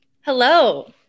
Hello